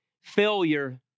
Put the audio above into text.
Failure